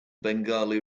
bengali